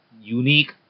unique